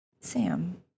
Sam